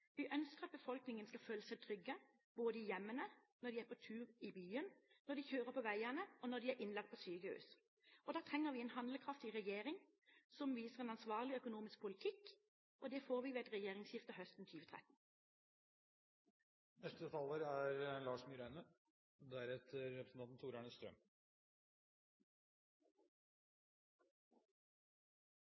Vi ønsker at befolkningen skal føle seg trygge, både i hjemmene, når de er på tur i byen, når de kjører på veiene og når de er innlagt på sykehus. Da trenger vi en handlekraftig regjering som viser en ansvarlig økonomisk politikk, og det får vi ved et regjeringsskifte høsten 2013. Norge er